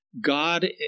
God